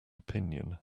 opinion